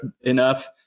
enough